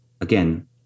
again